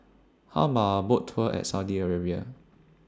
How about A Boat Tour At Saudi Arabia